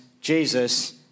Jesus